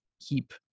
keep